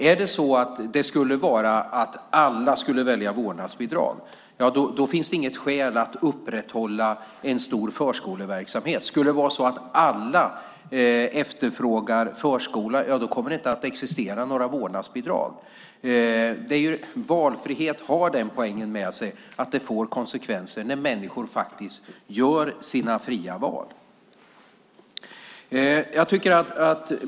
Om alla valde vårdnadsbidrag skulle det inte finnas något skäl att upprätthålla en stor förskoleverksamhet. Om alla i stället efterfrågade förskola skulle det inte existera några vårdnadsbidrag. Valfrihet har den poängen att det får konsekvenser när människor gör sina fria val.